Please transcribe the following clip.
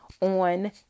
on